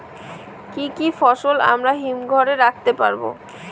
কি কি ফসল আমরা হিমঘর এ রাখতে পারব?